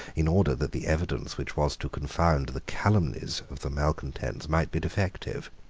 in order that the evidence which was to confound the calumnies of the malecontents might be defective.